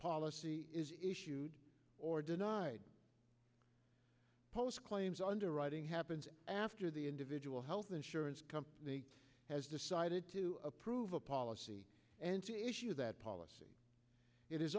policy is issued or denied post claims underwriting happens after the individual health insurance company has decided to approve a policy and to issue that policy it is